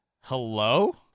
hello